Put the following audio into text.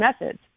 methods